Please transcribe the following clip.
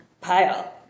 pile